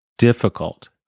difficult